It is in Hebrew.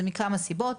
זה מכמה סיבות,